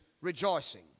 rejoicing